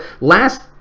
last